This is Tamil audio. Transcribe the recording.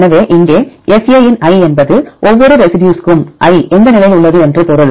எனவே இங்கே fa இன் i என்பது ஒவ்வொரு ரெசிடியூஸ்க்கும் i எந்த நிலையில் உள்ளது என்று பொருள்